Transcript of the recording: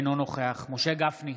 אינו נוכח משה גפני,